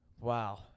Wow